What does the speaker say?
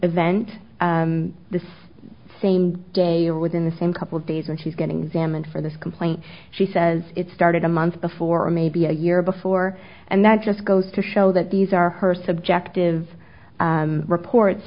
event this same day or within the same couple of days when she's getting salmon for this complaint she says it started a month before or maybe a year before and that just goes to show that these are her subjective reports